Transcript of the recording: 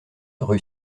rue